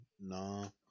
No